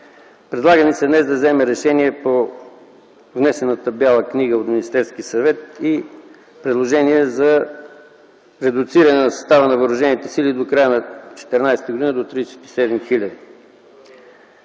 Предлага ни се днес да вземем решение по внесената Бяла книга от Министерския съвет и предложение за редуциране на състава на въоръжените сили до края на 2014 г. до 37